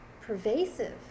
pervasive